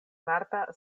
marta